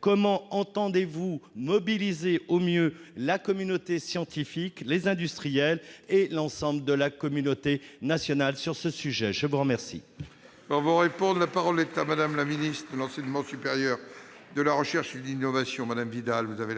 comment entendez-vous mobiliser au mieux la communauté scientifique, les industriels et l'ensemble de la communauté nationale sur ce sujet ? La